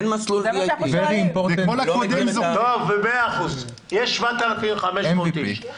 טוב, יש 7,500 איש.